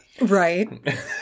right